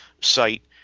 site